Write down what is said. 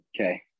okay